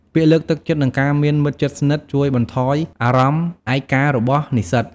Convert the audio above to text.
ពាក្យលើកទឹកចិត្ត និងការមានមិត្តជិតស្និទ្ធជួយបន្ថយអារម្មណ៍ឯការបស់និស្សិត។